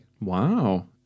Wow